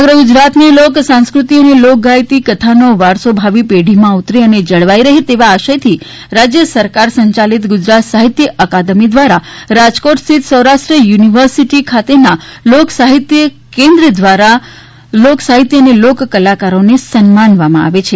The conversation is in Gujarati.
સમગ્ર ગુજરાતની લોકસંસ્કૃતિ અને લોક ગાયકી કથા નો વારસો ભાવિ પેઢીમાં ઉતરે અને જળવાઈ રહે તેવા આશયથી રાજ્ય સરકાર સંચાલિત ગુજરાત સાહિત્ય અકાદમી દ્વારા રાજકોટ સ્થિત સૌરાષ્ટ્ર યુનિવર્સિટી ખાતે ના લોકસાહિત્ય કેન્દ્ર દ્વારા લોક સાહિત્ય અને લોક કલાકારોને સન્માનવામાં આવે છે